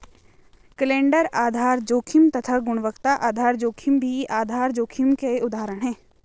calendar आधार जोखिम तथा गुणवत्ता आधार जोखिम भी आधार जोखिम के उदाहरण है